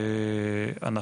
אני